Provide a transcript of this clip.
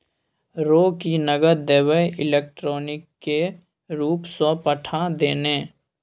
रौ की नगद देबेय इलेक्ट्रॉनिके रूपसँ पठा दे ने